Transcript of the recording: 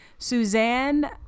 Suzanne